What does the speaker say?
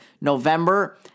November